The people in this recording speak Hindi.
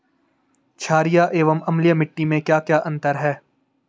छारीय एवं अम्लीय मिट्टी में क्या क्या अंतर हैं?